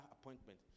appointment